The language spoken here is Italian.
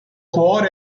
cuore